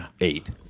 eight